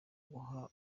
guha